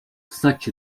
such